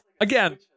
again